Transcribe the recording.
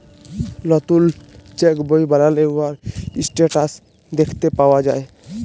লতুল চ্যাক বই বালালে উয়ার ইসট্যাটাস দ্যাখতে পাউয়া যায়